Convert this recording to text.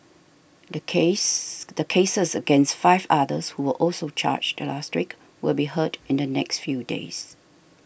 the case the cases against five others who were also charged last week will be heard in the next few days